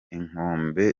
inkombe